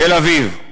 תל-אביב: